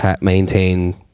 maintain